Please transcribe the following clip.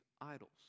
idols